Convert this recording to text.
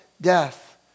death